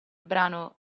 brano